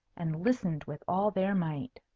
and listened with all their might.